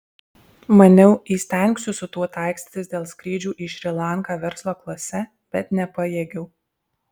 maniau įstengsiu su tuo taikstytis dėl skrydžių į šri lanką verslo klase bet nepajėgiau